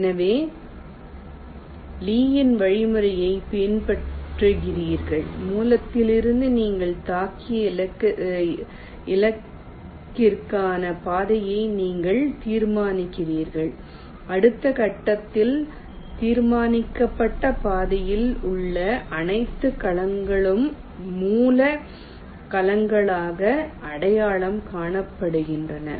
எனவே லீயின் வழிமுறையைப் பின்பற்றுகிறீர்கள் மூலத்திலிருந்து நீங்கள் தாக்கிய இலக்கிற்கான பாதையை நீங்கள் தீர்மானிக்கிறீர்கள் அடுத்த கட்டத்தில் தீர்மானிக்கப்பட்ட பாதையில் உள்ள அனைத்து கலங்களும் மூல கலங்களாக அடையாளம் காணப்படுகின்றன